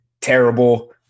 terrible